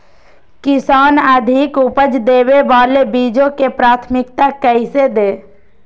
किसान अधिक उपज देवे वाले बीजों के प्राथमिकता कैसे दे?